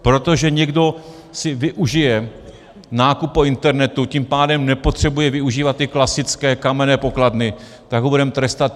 Protože někdo si využije nákupu na internetu, tím pádem nepotřebuje využívat ty klasické kamenné pokladny, tak ho tím budeme trestat?